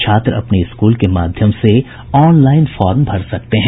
छात्र अपने स्कूल के माध्यम से ऑनलाईन फॉर्म भर सकते हैं